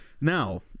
Now